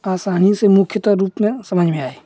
आसानी से मुख्यतः रूप में समझ में आए